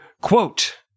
Quote